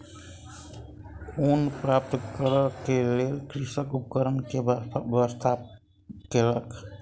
ऊन प्राप्त करै के लेल कृषक उपकरण के व्यवस्था कयलक